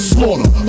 Slaughter